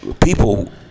people